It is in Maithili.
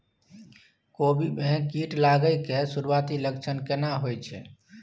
कोबी में कीट लागय के सुरूआती लक्षण केना होय छै